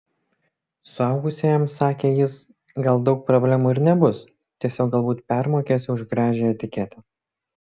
suaugusiajam sakė jis gal daug problemų ir nebus tiesiog galbūt permokėsi už gražią etiketę